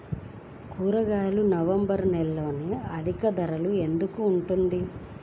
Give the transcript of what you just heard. కూరగాయలు నవంబర్ నెలలో అధిక ధర ఎందుకు ఉంటుంది?